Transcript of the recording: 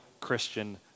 Christian